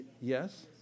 Yes